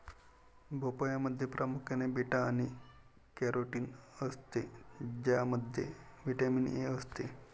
भोपळ्यामध्ये प्रामुख्याने बीटा आणि कॅरोटीन असते ज्यामध्ये व्हिटॅमिन ए असते